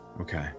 Okay